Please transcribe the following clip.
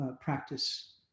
practice